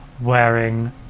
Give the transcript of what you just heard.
wearing